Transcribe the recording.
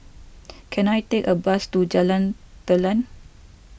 can I take a bus to Jalan Telang